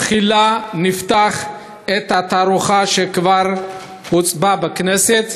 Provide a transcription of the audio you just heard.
בתחילה נפתח את התערוכה, שכבר הוצבה בכנסת,